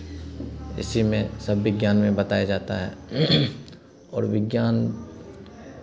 इसी में सब विज्ञान में बताया जाता है और विज्ञान